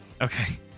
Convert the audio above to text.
okay